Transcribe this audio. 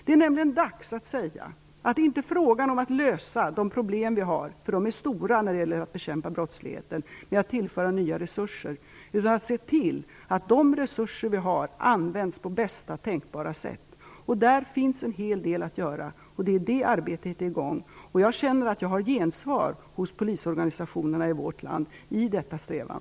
Det är nämligen dags att säga att det inte är fråga om att lösa de problem vi har - för de är stora när det gäller att bekämpa brottsligheten - med att tillföra nya resurser, utan att se till att de resurser vi har används på bästa tänkbara sätt. Där finns en hel del att göra och det arbetet är i gång. Jag känner att jag har gensvar hos polisorganisationerna i vårt land i denna strävan.